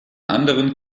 anderen